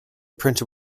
printed